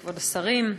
כבוד השרים,